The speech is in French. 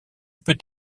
peut